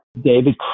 David